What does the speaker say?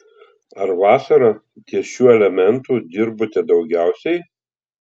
ar vasarą ties šiuo elementu dirbote daugiausiai